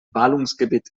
ballungsgebiet